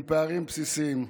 עם פערים בסיסיים.